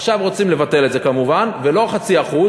עכשיו רוצים לבטל את זה כמובן, ולא 0.5%,